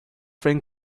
thing